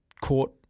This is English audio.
court